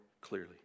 clearly